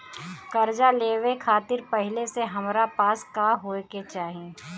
कर्जा लेवे खातिर पहिले से हमरा पास का होए के चाही?